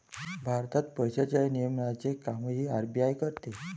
भारतात पैशांच्या नियमनाचे कामही आर.बी.आय करते